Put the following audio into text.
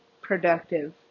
productive